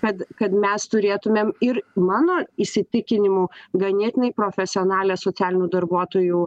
kad kad mes turėtumėm ir mano įsitikinimu ganėtinai profesionalią socialinių darbuotojų